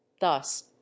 thus